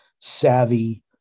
savvy